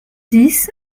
dix